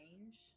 range